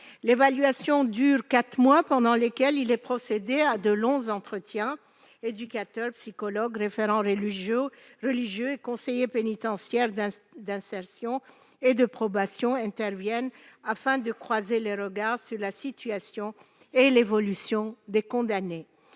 évaluation de quatre mois est prévue, pendant lesquels il est procédé à de longs entretiens : éducateurs, psychologues, référents religieux et conseillers pénitentiaires d'insertion et de probation interviennent, afin de croiser les regards sur la situation et l'évolution des condamnés.